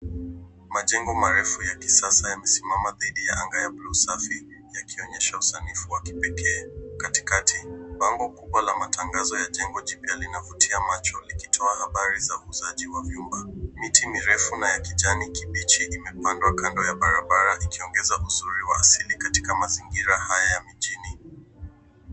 Majengo marefu ya kisasa yamesimama dhidi ya anga la blue safi yakionyesha usanifu wa kipekee. Katikati bango kubwa la matangazo ya jengo jipya linavutia macho likitoa habari za uzaaji wa vyumba. Miti mirefu na ya kijani kibichi imepandwa kando ya barabara ikiongeza uzuri wa asili katika mazingira haya ya mijini.